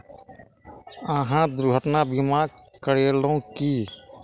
अहाँ दुर्घटना बीमा करेलौं की?